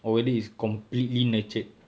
or whether it's completely nurtured